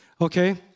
okay